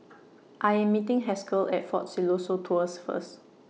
I Am meeting Haskell At Fort Siloso Tours First